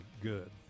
good